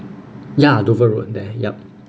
ya dover road there yup